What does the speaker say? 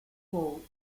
role